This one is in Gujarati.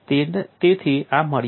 તેથી આ મર્યાદિત હતું